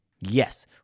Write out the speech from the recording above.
Yes